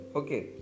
okay